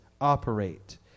operate